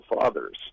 fathers